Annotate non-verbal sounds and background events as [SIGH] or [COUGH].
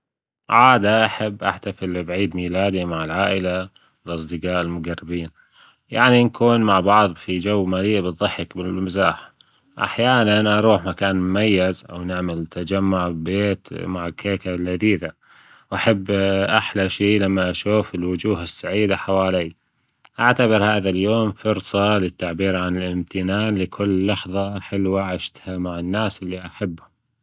عادة أحب أحتفل بعيد ميلادي مع العائلة الأصدجاء المجربين، يعني نكون مع بعض في جو مليء بالضحك بالمزاح، أحيانا أروح مكان مميز أو نعمل تجمع ببيت مع كيكة لذيذة، وأحب [HESITATION] أحلى شي لما أشوف الوجوه السعيدة حواليا، أعتبر هذا اليوم فرصة للتعبيرعن الإمتنان لكل لحظة حلوة عشتها مع الناس واللي أحبهم.